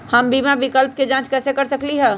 हम बीमा विकल्प के जाँच कैसे कर सकली ह?